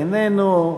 איננו,